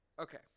Okay